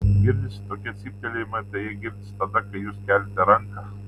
girdisi tokie cyptelėjimai tai jie girdisi tada kai jūs keliate ranką